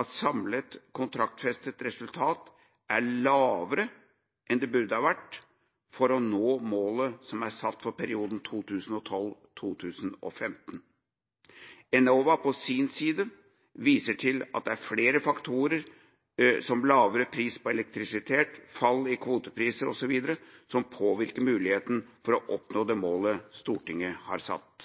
at samlet kontraktsfestet resultat er lavere enn det burde ha vært for å nå målet som er satt for perioden 2012–2015. Enova viser på sin side til at det er flere faktorer – som lavere pris på elektrisitet, fall i kvotepriser, osv. – som påvirker muligheten for å oppnå det målet Stortinget har satt.